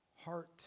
Heart